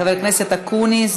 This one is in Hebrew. חבר הכנסת אקוניס,